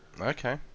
okay